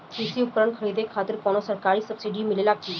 कृषी उपकरण खरीदे खातिर कउनो सरकारी सब्सीडी मिलेला की?